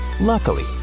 Luckily